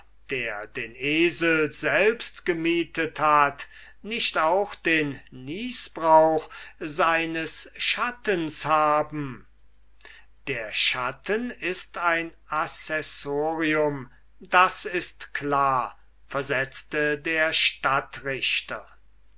der den esel selbst gemietet hat nicht auch den nießbrauch seines schattens haben der schatten ist ein accessorium das ist klar versetzte der